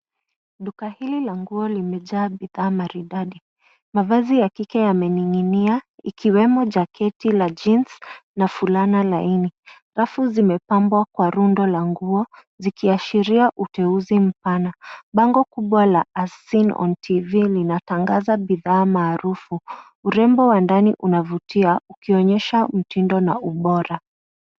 Duka hili la nguo limejaa bidhaa maridadi. Mavazi ya kike yameninginia ikiwemo jaketi la jeans na fulana laini. Rafu zimepambwa kwa rundo la nguo, zikiashiria uteuzi mpana. Bango kubwa la as seen on TV linatangaza bidhaa maarufu ,urembo wa ndani unavutia ukionyesha mtindo na ubora.